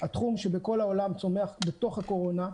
התחום שבכל העולם צומח בתוך הקורונה,